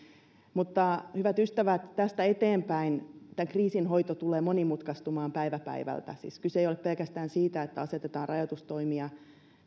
mutta hyvät ystävät tästä eteenpäin tämän kriisin hoito tulee monimutkaistumaan päivä päivältä siis kyse ei ole pelkästään siitä että asetetaan rajoitustoimia